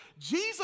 Jesus